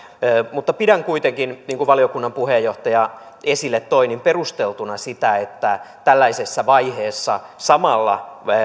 mutta pidän kuitenkin niin kuin valiokunnan puheenjohtaja esille toi perusteltuna sitä että tällaisessa vaiheessa samalla